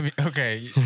Okay